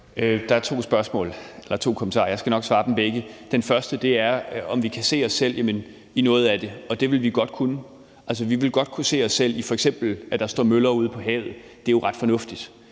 Der er to spørgsmål eller to kommentarer, og jeg skal nok svare på dem begge. Den første er, om vi ville kunne se os selv i noget af det, og det ville vi godt kunne. Altså, vi ville godt kunne se os selv i, at der f.eks. står møller ude på havet. Det er jo ret fornuftigt,